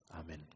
Amen